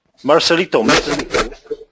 Marcelito